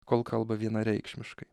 kol kalba vienareikšmiškai